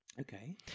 Okay